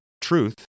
truth